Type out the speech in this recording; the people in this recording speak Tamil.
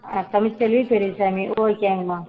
ஆ தமிழ்ச்செல்வி பெரியசாமி ஓகேங்கம்மா